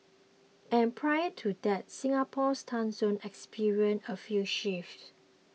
and prior to that Singapore's time zone experienced a few shifts